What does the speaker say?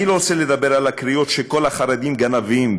אני לא רוצה לדבר על הקריאות שכל החרדים גנבים,